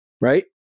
Right